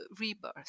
rebirth